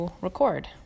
record